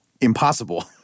impossible